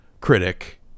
critic